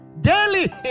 daily